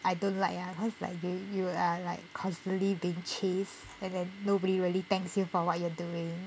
I don't like ah cause like they you are like constantly being chased and then nobody really thanks you for what you're doing